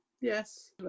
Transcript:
Yes